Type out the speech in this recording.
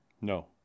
No